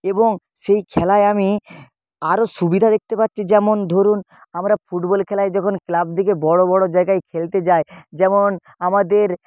এবং সেই খেলায় আমি আরও সুবিধা দেখতে পাচ্ছি যেমন ধরুন আমরা ফুটবল খেলায় যখন ক্লাব থেকে বড়ো বড়ো জায়গায় খেলতে যায় যেমন আমাদের